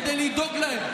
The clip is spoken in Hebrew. כדי לדאוג להם,